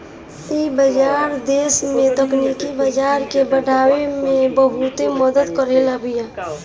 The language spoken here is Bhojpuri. इ बाजार देस में तकनीकी बाजार के बढ़ावे में बहुते मदद कईले बिया